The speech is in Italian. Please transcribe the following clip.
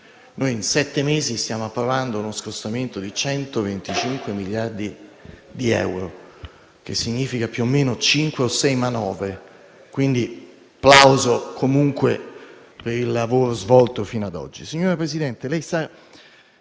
in sette mesi stiamo approvando uno scostamento di 125 miliardi di euro, che significa più o meno cinque o sei manovre. Rivolgo quindi un plauso comunque per il lavoro svolto fino ad oggi.